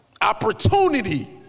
Opportunity